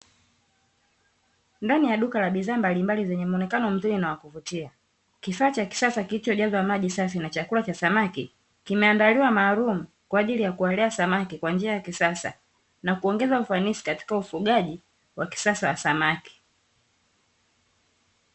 Ndani ya duka lenye bidhaa mbalimbali zenye muonekano mzuri na kuvutia, kifaa cha kisasa kilicho jazwa maji safi na chakula cha samaki kimeandaliwa maalumu kwa ajili ya kuwalea samaki kwa njia ya kisasa na kuongeza ufanisi katika ufugaji wa kisasa wa samaki.